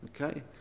okay